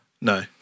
No